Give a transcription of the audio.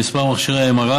במספר מכשירי ה-MRI